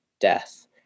death